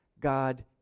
God